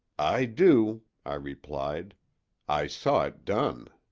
i do, i replied i saw it done.